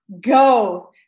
go